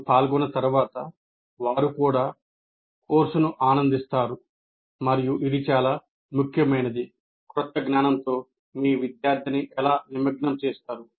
వారు పాల్గొన్న తర్వాత వారు కూడా కోర్సును ఆనందిస్తారు మరియు ఇది చాలా ముఖ్యమైనది క్రొత్త జ్ఞానంతో మీ విద్యార్థిని ఎలా నిమగ్నం చేస్తారు